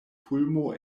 fulmo